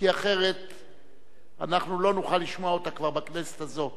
כי אחרת אנחנו כבר לא נוכל לשמוע אותה בכנסת הזאת.